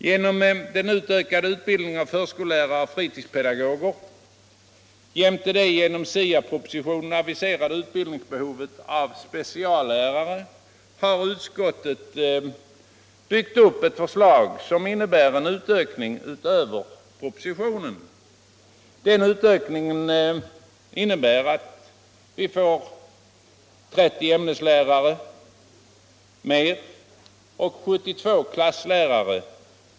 Genom den ökade utbildningen av förskollärare och fritidspedagoger jämte det genom SIA-propositionen aviserade utbildningsbehovet beträffande speciallärare innebär utskottets förslag en utökning utöver propositionen. Denna utökning betyder att vi får ytterligare 30 ämneslärare och 72 klasslärare.